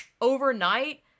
Overnight